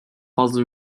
fazla